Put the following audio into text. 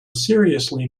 seriously